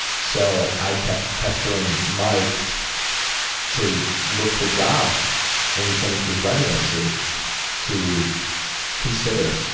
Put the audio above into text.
so i kept pestering mike to look for jobs when he finished his residency to consider